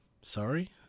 Sorry